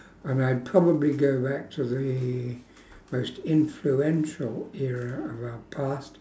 and I probably go back to the most influential era of our past